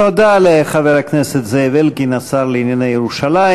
תודה לחבר הכנסת זאב אלקין, השר לענייני ירושלים.